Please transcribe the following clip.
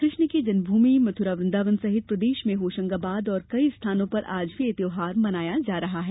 कृष्ण की जन्म भूमि मथुरा वृदावन सहित प्रदेश में होशंगाबाद और कई स्थानों पर आज भी यह त्यौहार मनाया जा रहा है